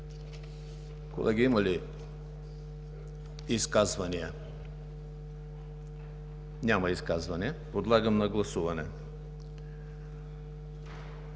Имате думата за изказвания? Няма изказвания. Подлагам на гласуване